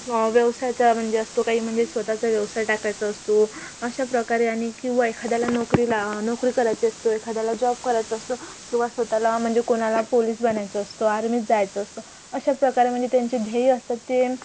व्यवसायाचा म्हणजे असतो काही म्हणजे स्वतःचा व्यवसाय टाकायचा असतो अशाप्रकारे आणि किंवा एखाद्याला नोकरीला नोकरी करायची असतो एखाद्याला जॉब करायचा असतो किंवा स्वतःला म्हणजे कोणाला पोलीस बनायचं असतं आर्मीत जायचं असतं अशाप्रकारे म्हणजे त्यांचे ध्येय असतात ते